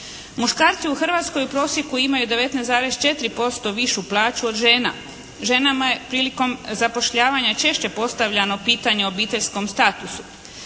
Muškarci u Hrvatskoj u prosjeku imaju 19,4% višu plaću od žena. Ženama je prilikom zapošljavanja češće postavljano pitanje o obiteljskom statusu.